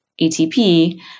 ATP